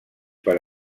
per